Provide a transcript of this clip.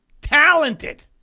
talented